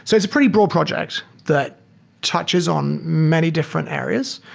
so it's pretty broad projects that touches on many different areas.